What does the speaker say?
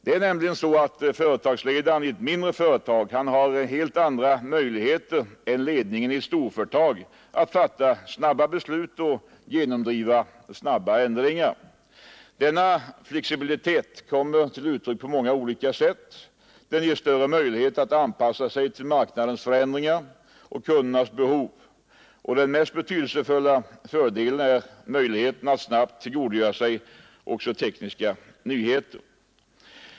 Det är nämligen så att företagsledaren i ett mindre företag har helt andra möjligheter än ledningen i ett storföretag att fatta snabba beslut och genomdriva snabba ändringar. Denna flexibilitet kommer till uttryck på många olika sätt. Den ger större möjligheter att anpassa sig till marknadens förändringar och kundernas behov, och den mest betydelsefulla fördelen är möjligheten att snabbt tillgodogöra sig också tekniska nyheter.